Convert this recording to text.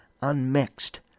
unmixed